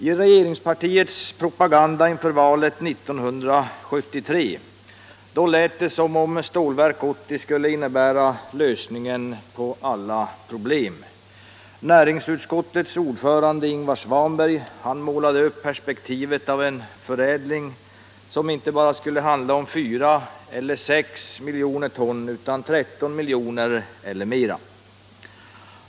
I regeringspartiets propaganda inför valet 1973 lät det som om Stålverk 80 skulle innebära lösningen på alla problem. Näringsutskottets ordförande Ingvar Svanberg målade upp perspektivet av en förädling som inte skulle handla bara om 4 eller 6 miljoner ton utan om 13 miljoner ton eller mera.